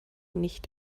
nicht